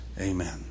amen